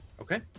okay